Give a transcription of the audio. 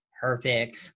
Perfect